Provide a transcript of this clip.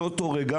מאותו רגע,